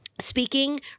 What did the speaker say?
speaking